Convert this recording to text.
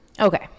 Okay